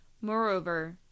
Moreover